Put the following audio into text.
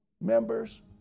members